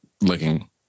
looking